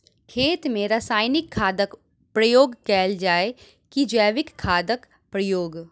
खेत मे रासायनिक खादक प्रयोग कैल जाय की जैविक खादक प्रयोग?